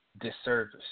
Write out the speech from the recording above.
disservice